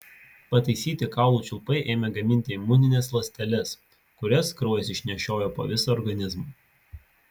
pataisyti kaulų čiulpai ėmė gaminti imunines ląsteles kurias kraujas išnešiojo po visą organizmą